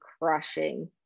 crushing